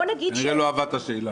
כנראה שהיא לא אהבה את השאלה.